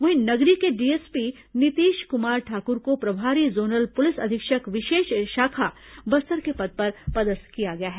वहीं नगरी के डीएसपी नीतीश कुमार ठाकुर को प्रभारी जोनल पुलिस अधीक्षक विशेष शाखा बस्तर के पद पर पदस्थ किया गया है